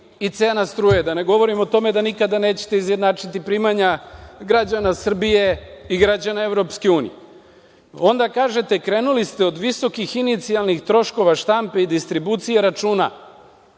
i cena struje, da ne govorim o tome da nikada nećete izjednačiti primanja građana Srbije i građana EU.Onda kažete – krenuli ste od visokih inicijalnih troškova štampe i distribucije računa,